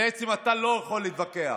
בעצם אתה לא יכול להתווכח.